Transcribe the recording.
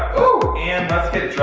oh and let's get